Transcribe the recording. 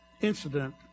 incident